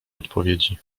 odpowiedzi